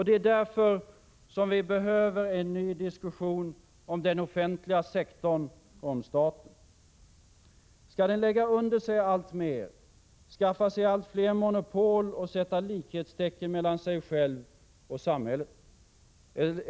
Det är därför vi behöver en ny diskussion om den offentliga sektorn och om staten. Skall den lägga under sig alltmer, skaffa sig allt fler monopol och sätta likhetstecken mellan sig själv och samhället?